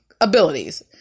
abilities